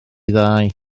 ddau